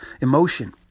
emotion